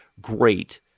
great